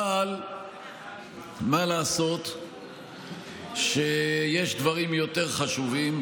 אבל מה לעשות שיש דברים יותר חשובים,